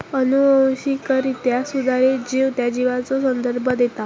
अनुवांशिकरित्या सुधारित जीव त्या जीवाचो संदर्भ देता